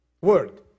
Word